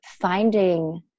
finding